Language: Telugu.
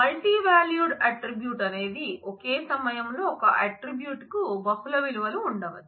మల్టీవాల్యూడ్ ఆట్రిబ్యూట్ అనేది ఒకే సమయంలో ఒక ఆట్రిబ్యూట్ కు బహుళ విలువలు ఉండవచ్చు